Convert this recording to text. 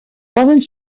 poden